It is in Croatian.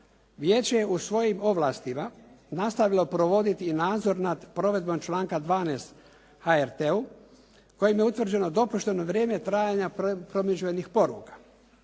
Vijeće je u svojim ovlastima nastavilo provoditi i nadzor nad provedbom članka 12. HRT-u kojim je utvrđeno dopušteno vrijeme trajanja promidžbenih poruka